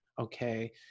okay